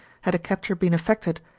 had a capture been effected,